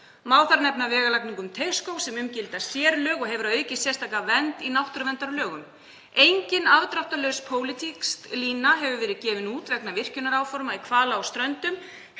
Má þar nefna vegalagningu um Teigsskóg, sem um gilda sérlög og hefur að auki sérstaka vernd í náttúruverndarlögum. Engin afdráttarlaus pólitísk lína hefur verið gefin út vegna virkjunaráforma í Hvalá á Ströndum,